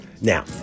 now